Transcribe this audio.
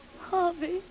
Harvey